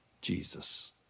Jesus